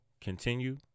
continue